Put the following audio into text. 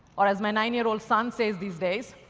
or, as my nine year old son says these days,